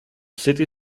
city